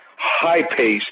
high-paced